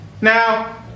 Now